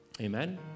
Amen